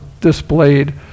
displayed